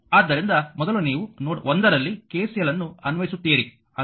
ಆದ್ದರಿಂದ ಮೊದಲು ನೀವು ನೋಡ್ 1 ರಲ್ಲಿ KCL ಅನ್ನು ಅನ್ವಯಿಸುತ್ತೀರಿ